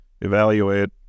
evaluate